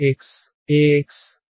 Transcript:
Ex Ey